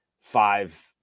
five